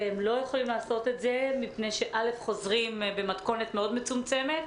והם לא יכולים לעשות את זה מפני שחוזרים במתכונת מאוד מצומצמת.